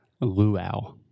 Luau